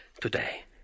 Today